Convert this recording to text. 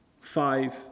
five